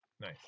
Nice